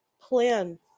plan